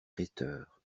rhéteurs